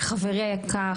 חברי היקר,